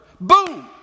Boom